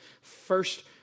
first